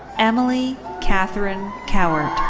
emily katherine cowart.